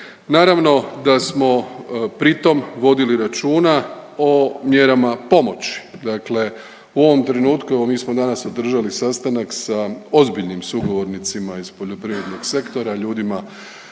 Naravno da smo pritom vodili računa o mjerama pomoći. Dakle, u ovom trenutku evo mi smo danas održali sastanak sa ozbiljnim sugovornicima iz poljoprivrednog sektora, ljudima